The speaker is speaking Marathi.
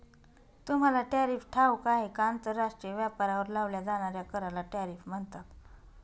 तुम्हाला टॅरिफ ठाऊक आहे का? आंतरराष्ट्रीय व्यापारावर लावल्या जाणाऱ्या कराला टॅरिफ म्हणतात